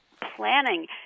planning